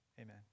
amen